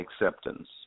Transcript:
acceptance